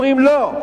אומרים: לא,